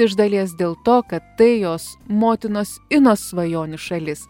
iš dalies dėl to kad tai jos motinos inos svajonių šalis